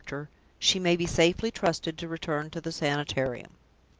she may be safely trusted to return to the sanitarium.